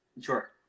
Sure